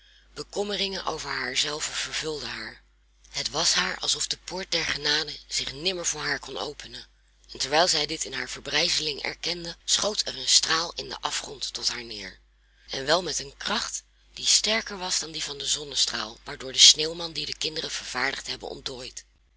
bekommering over haar zelve vervulde haar het was haar alsof de poort der genade zich nimmer voor haar kon openen en terwijl zij dit in haar verbrijzeling erkende schoot er een straal in den afgrond tot haar neer en wel met een kracht die sterker was dan die van den zonnestraal waardoor de sneeuwman die de kinderen vervaardigd hebben ontdooit